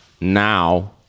now